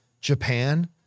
Japan